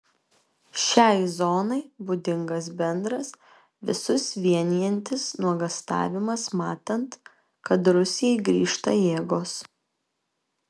šiai zonai būdingas bendras visus vienijantis nuogąstavimas matant kad rusijai grįžta jėgos